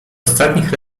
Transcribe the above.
ostatnich